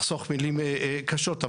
אחסוך מילים קשות,